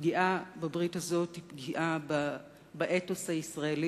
הפגיעה בברית הזאת היא פגיעה באתוס הישראלי